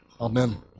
Amen